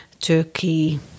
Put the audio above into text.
Turkey